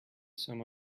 some